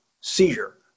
seizure